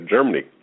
Germany